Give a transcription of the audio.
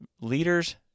Leaders